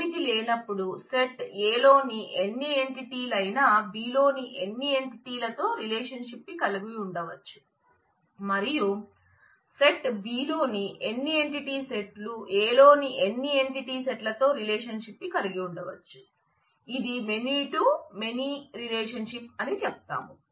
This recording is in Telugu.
ఇప్పుడు సహజంగానే నేను రిలేషన్షిప్ను అని చెప్తాము